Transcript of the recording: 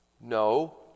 No